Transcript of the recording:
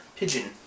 pigeon